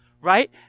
Right